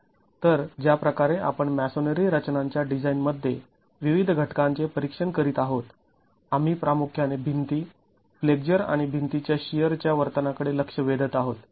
तर ज्या प्रकारे आपण मॅसोनरी रचनांच्या डिझाईन मध्ये विविध घटकांचे परीक्षण करीत आहोत आम्ही प्रामुख्याने भिंती फ्लेक्झर आणि भिंती च्या शिअर च्या वर्तना कडे लक्ष वेधत आहोत